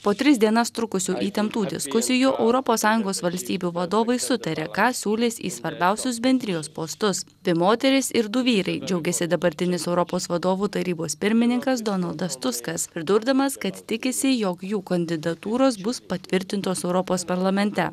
po tris dienas trukusių įtemptų diskusijų europos sąjungos valstybių vadovai sutarė ką siūlys į svarbiausius bendrijos postus dvi moterys ir du vyrai džiaugėsi dabartinis europos vadovų tarybos pirmininkas donaldas tuskas pridurdamas kad tikisi jog jų kandidatūros bus patvirtintos europos parlamente